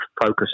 focus